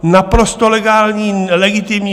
Naprosto legální, legitimní.